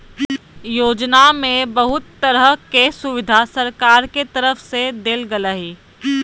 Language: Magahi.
योजना में बहुत तरह के सुविधा सरकार के तरफ से देल गेल हइ